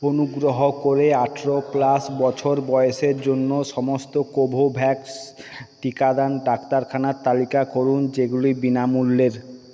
অনুগ্রহ করে আঠেরো প্লাস বছর বয়সের জন্য সমস্ত কোভোভ্যাক্স টিকাদান ডাক্তারখানার তালিকা করুন যেগুলি বিনামূল্যের